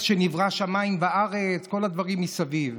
שנבראו השמיים והארץ וכל הדברים מסביב?